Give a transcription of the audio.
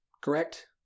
correct